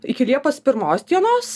iki liepos pirmos dienos